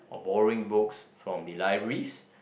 or borrowing books from the libraries